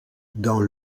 dans